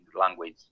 language